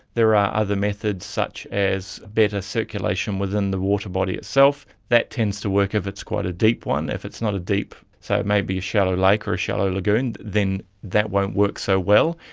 there are other methods such as better circulation within the water body itself, that tends to work if it's quite a deep one. if it's not a deep, so maybe a shallow lake like or a shallow lagoon, then that won't work so well.